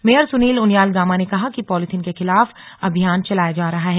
mayor Sunil Uniyal Gama ने कहा कि पालीथिन के खिलाफ अभियान चलाया जा रहा है